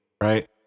Right